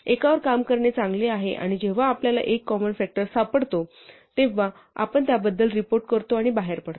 एकावर काम करणे चांगले आहे आणि जेव्हा आपल्याला एक कॉमन फ़ॅक्टर सापडतो तेव्हा आपण त्याबद्दल रिपोर्ट करतो आणि बाहेर पडतो